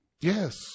Yes